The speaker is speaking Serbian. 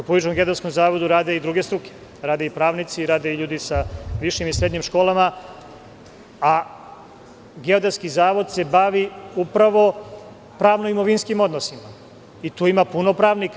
U Republičkom geodetskom zavodu rade i druge struke, rade i pravnici, rade ljudi sa višim i srednjim školama, a Geodetski zavod se bavi upravo pravno-imovinskim odnosima i tu ima puno pravnika.